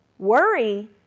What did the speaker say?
Worry